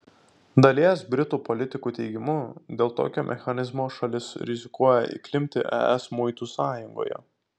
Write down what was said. dalies britų politikų teigimu dėl tokio mechanizmo šalis rizikuoja įklimpti es muitų sąjungoje